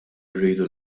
rridu